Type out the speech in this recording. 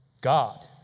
God